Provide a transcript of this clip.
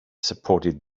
supported